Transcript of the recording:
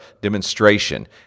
demonstration